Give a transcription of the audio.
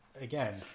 Again